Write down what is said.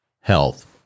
health